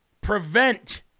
prevent